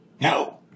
No